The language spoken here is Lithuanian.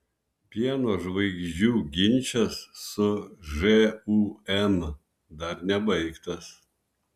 pieno žvaigždžių ginčas su žūm dar nebaigtas